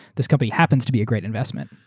this company happens to be a great investmenta?